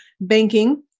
banking